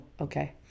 Okay